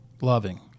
loving